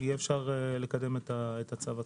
אי-אפשר לקדם את הצו הזה.